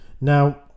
Now